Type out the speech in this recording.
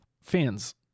fans